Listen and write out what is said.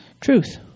truth